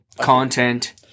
content